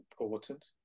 important